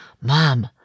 Mom